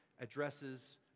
addresses